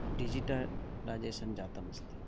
digitalisation जातमस्ति